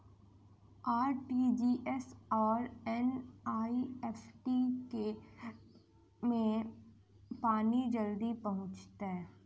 RTGS आओर NEFT मे केँ मे पानि जल्दी पहुँचत